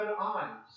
eyes